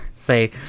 Say